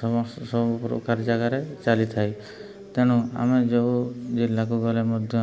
ସମସ୍ତ ସବୁ ପ୍ରକାର ଜାଗାରେ ଚାଲିଥାଏ ତେଣୁ ଆମେ ଯେଉଁ ଜିଲ୍ଲାକୁ ଗଲେ ମଧ୍ୟ